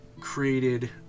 created